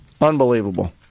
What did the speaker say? Unbelievable